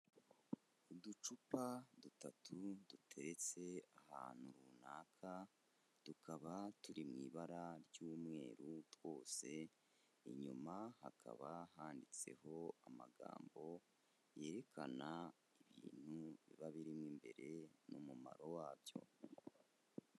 Uducupa dutatu duteretse ahantu runaka tukaba turi mu ibara ry'umweru twose, inyuma hakaba handitseho amagambo yerekana ibintu biba biri mo imbere n'umumaro wabyo.